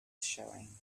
showing